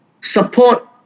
support